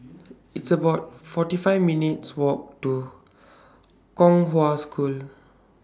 It's about forty five minutes' Walk to Kong Hwa School